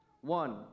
One